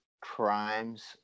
crimes